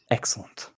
Excellent